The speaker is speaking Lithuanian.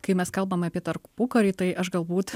kai mes kalbam apie tarpukarį tai aš galbūt